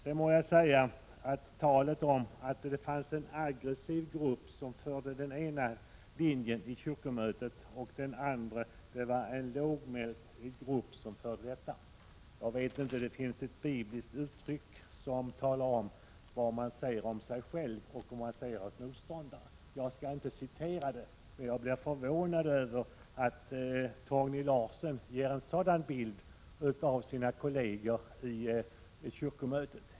Så till talet om att det vid kyrkomötet var en aggressiv grupp som intog den ena ståndpunkten och att den andra gruppen var lågmäld. Det finns ett bibliskt uttryck som beskriver en sådan syn på sig själv och på motståndaren — jag skall inte citera det. Men jag blev förvånad över att Torgny Larsson gav en sådan bild av sina kolleger vid kyrkomötet.